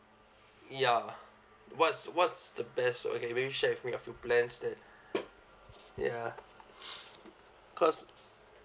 ya what's what's the best okay maybe share with me a few plans that ya cause